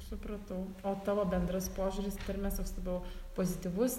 supratau o tavo bendras požiūris pirmes toks tai buvo pozityvus